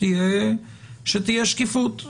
שתהיה שקיפות.